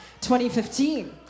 2015